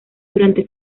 durante